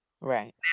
Right